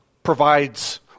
provides